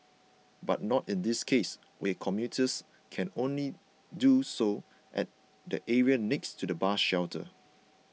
but not in this case where commuters can only do so at the area next to the bus shelter